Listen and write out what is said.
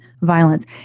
violence